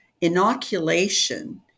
Inoculation